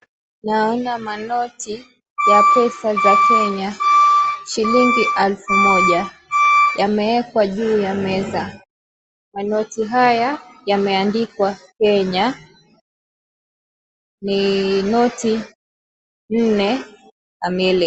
Naona manoti ya pesa za Kenya shilingi elfu moja yameekwa juu ya meza, manoti haya yameandikwa Kenya ni noti nne kamili.